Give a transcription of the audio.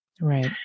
Right